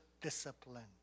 discipline